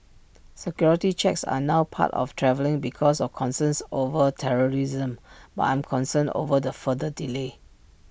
security checks are now part of travelling because of concerns over terrorism but I'm concerned over the further delay